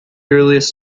earliest